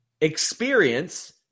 experience –